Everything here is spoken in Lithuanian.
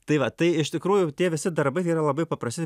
tai va tai iš tikrųjų tie visi darbai tai yra labai paprasi